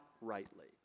rightly